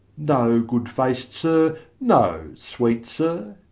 no, good-faced sir no, sweet sir.